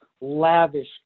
lavish